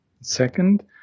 Second